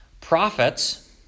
prophets